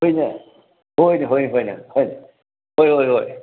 ꯍꯣꯏꯅꯦ ꯍꯣꯏꯅꯦ ꯍꯣꯏꯅꯦ ꯍꯣꯏꯅꯦ ꯍꯣꯏꯅꯦ ꯍꯣꯏ ꯍꯣꯏ ꯍꯣꯏ